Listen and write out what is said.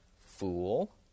Fool